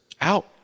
out